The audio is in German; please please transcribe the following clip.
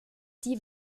die